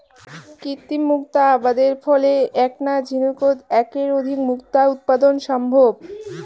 কৃত্রিম মুক্তা আবাদের ফলে এ্যাকনা ঝিনুকোত এ্যাকের অধিক মুক্তা উৎপাদন সম্ভব